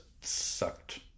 sucked